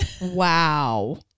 Wow